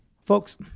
Folks